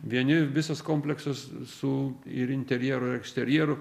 vieni visas kompleksas su ir interjeru ir eksterjeru